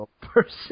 person